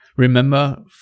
Remember